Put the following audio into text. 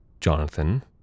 Jonathan